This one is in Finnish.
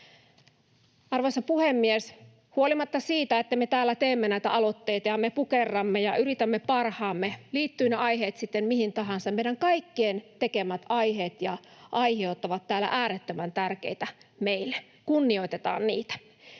Arvoisa puhemies! Huolimatta siitä, että me täällä teemme näitä aloitteita ja me pukerramme ja yritämme parhaamme, liittyvät ne aiheet sitten mihin tahansa, meidän kaikkien tekemät aiheet ja aihiot ovat täällä äärettömän tärkeitä meille, kunnioitetaan niitä.